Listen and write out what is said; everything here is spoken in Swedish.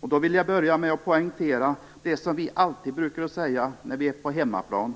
Jag vill börja med att poängtera det som vi alltid brukar att säga på hemmaplan